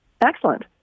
Excellent